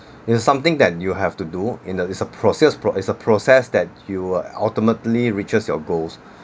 is something that you have to do in that it's a process is a process that you'll ultimately reaches your goals